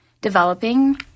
developing